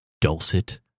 dulcet